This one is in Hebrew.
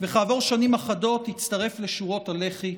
וכעבור שנים אחדות הצטרף לשורות הלח"י,